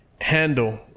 handle